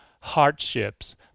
hardships